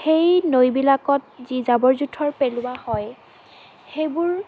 সেই নৈবিলাকত যি জাবৰ জোঁথৰ পেলোৱা হয় সেইবোৰ